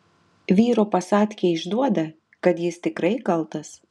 vyro pasadkė išduoda kad jis tikrai kaltas